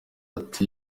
ati